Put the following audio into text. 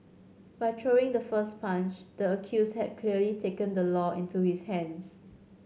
by throwing the first punch the accused had clearly taken the law into his hands